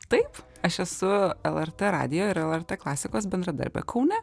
taip aš esu lrt radijo ir lrt klasikos bendradarbė kaune